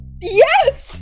Yes